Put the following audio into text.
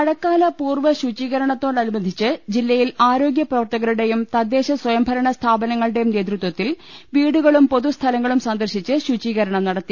മഴക്കാല പൂർവ്വ ശുചീകരണ ത്തോടനുബന്ധിച്ച് കോഴി ക്കോട് ജില്ലയിൽ ആരോഗ്യ പ്രവർത്തകരുടെയും തദ്ദേശസ്വയംഭരണ സ്ഥാപനങ്ങളുടെയും നേതൃത്വത്തിൽ വീടുകളും പൊതു സ്ഥലങ്ങളും സന്ദർശിച്ച് ശുചീകരണം നടത്തി